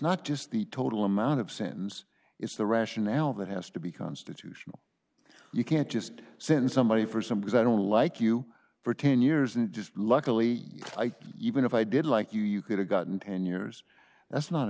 not just the total amount of sentence it's the rationale that has to be constitutional you can't just send somebody for some because i don't like you for ten years and just luckily i think even if i did like you you could have gotten ten years that's not